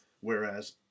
whereas